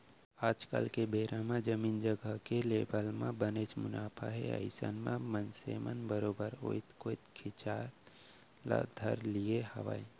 आज के बेरा म जमीन जघा के लेवब म बनेच मुनाफा हे अइसन म मनसे मन बरोबर ओइ कोइत खिंचाय ल धर लिये हावय